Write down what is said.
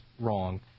wrong